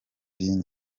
bin